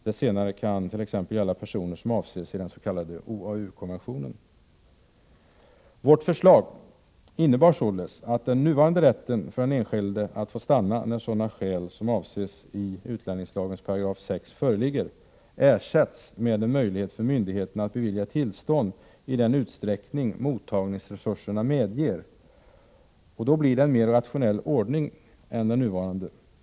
Det senare kan t.ex. gälla personer som avses i den s.k. OAU-konventionen. Vårt förslag innebar således att den nuvarande rätten för den enskilde att få stanna när sådana skäl som avses i utlänningslagens 6 § föreligger ersätts med en möjlighet för myndigheten att bevilja tillstånd i den utsträckning som mottagningsresurserna medger detta. Då blir det en mer rationell ordning än nu.